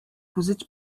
хүсэж